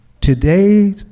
today